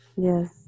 Yes